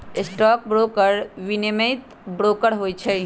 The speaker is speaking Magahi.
स्टॉक ब्रोकर विनियमित ब्रोकर होइ छइ